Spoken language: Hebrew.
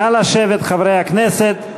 נא לשבת, חברי הכנסת.